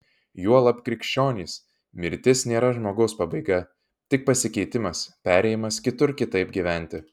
juolab krikščionys mirtis nėra žmogaus pabaiga tik pasikeitimas perėjimas kitur kitaip gyventi